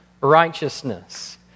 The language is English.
righteousness